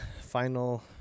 final